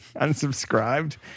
unsubscribed